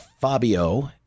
fabio